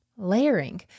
Layering